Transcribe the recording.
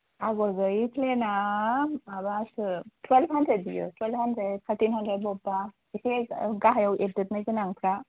आगर गैयि प्लेना माबासो टुवेल्भ हानड्रेड बियो टुवेल्भ हानड्रेड थार्टिन हानड्रेड बबेबा इसे गाहायाव एरदेरनाय गोनांफ्रा